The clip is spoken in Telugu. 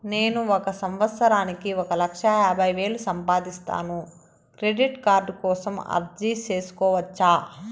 నేను ఒక సంవత్సరానికి ఒక లక్ష యాభై వేలు సంపాదిస్తాను, క్రెడిట్ కార్డు కోసం అర్జీ సేసుకోవచ్చా?